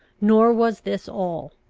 nor was this all.